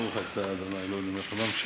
ברוך אתה ה' אלוהינו מלך העולם,